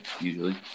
usually